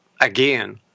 again